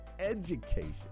education